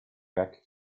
peck